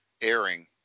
airing